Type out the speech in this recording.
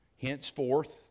Henceforth